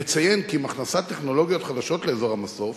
נציין כי עם הכנסת טכנולוגיות חדשות לאזור המסוף